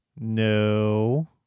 No